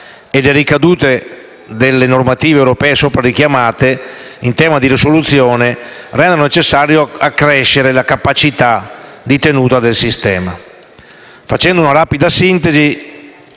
e le ricadute delle normative europee sopra richiamate in tema di risoluzione rendano necessario accrescere la capacità di tenuta del sistema.